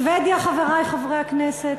שבדיה, חברי חברי הכנסת?